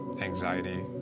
anxiety